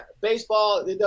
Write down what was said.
baseball